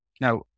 Now